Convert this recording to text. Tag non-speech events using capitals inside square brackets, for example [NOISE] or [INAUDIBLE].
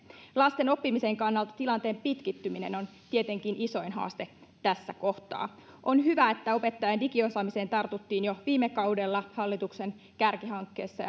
lasten oppimisen kannalta tilanteen pitkittyminen on tietenkin isoin haaste tässä kohtaa on hyvä että opettajien digiosaamiseen tartuttiin jo viime kaudella hallituksen kärkihankkeessa [UNINTELLIGIBLE]